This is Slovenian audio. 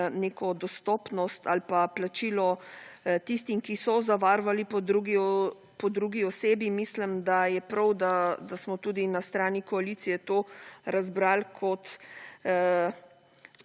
neko dostopnost ali pa plačilo tistim, ki so zavarovani po drugi osebi. Mislim, da je prav, da smo tudi na strani koalicije to razbrali kot